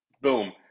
boom